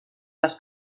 les